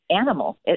animal